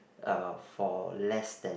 uh for less than